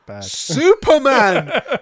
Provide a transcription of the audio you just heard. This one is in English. superman